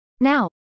Now